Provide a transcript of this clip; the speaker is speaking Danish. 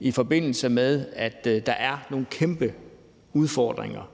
i forbindelse med at der er nogle kæmpe udfordringer